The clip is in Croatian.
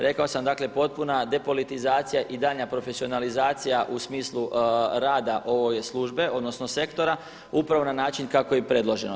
Rekao sam dakle potpuna depolitizacija i daljnja profesionalizacija u smislu rada ove službe, odnosno sektora upravo na način kako je i predloženo.